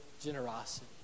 generosity